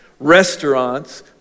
restaurants